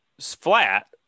flat